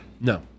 No